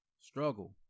struggle